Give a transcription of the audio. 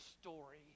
story